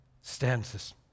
stanzas